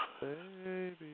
Baby